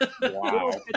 Wow